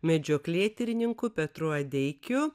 medžioklėtyrininku petru adeikiu